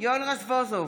יואל רזבוזוב,